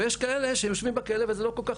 אבל יש כאלה שיושבים בכלא וזה לא כל-כך